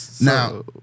Now